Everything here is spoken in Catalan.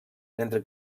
mentre